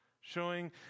showing